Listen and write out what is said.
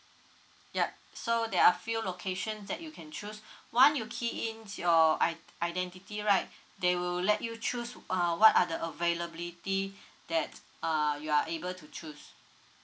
yup so there are few locations that you can choose one you key in your identity right they will let you choose what are the availability that uh you are able to choose